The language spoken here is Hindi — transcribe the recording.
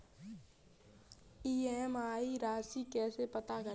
ई.एम.आई राशि कैसे पता करें?